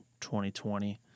2020